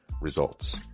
results